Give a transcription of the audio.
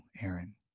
Aaron